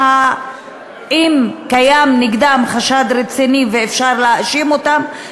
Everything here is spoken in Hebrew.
ואם קיים נגדם חשד רציני ואפשר להאשים אותם,